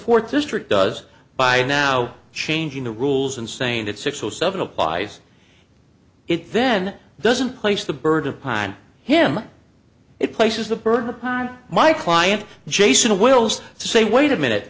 fourth district does by now changing the rules and saying that six or seven applies it then doesn't place the burden upon him it places the burden upon my client jason wilson to say wait a minute